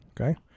okay